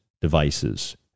devices